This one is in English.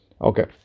Okay